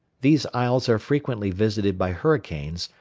these isles are frequently visited by hurricanes,